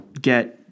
get